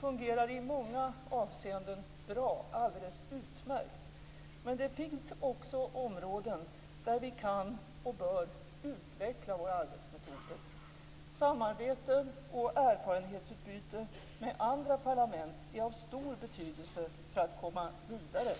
fungerar i många avseenden bra - alldeles utmärkt - men det finns också områden där vi kan och bör utveckla våra arbetsmetoder. Samarbete och erfarenhetsutbyte med andra parlament är av stor betydelse för att komma vidare.